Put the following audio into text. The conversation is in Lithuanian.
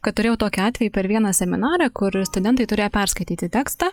kad turėjau tokį atvejį per vieną seminarą kur studentai turėjo perskaityti tekstą